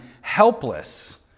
helpless